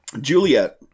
Juliet